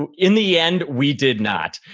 and in the end, we did not.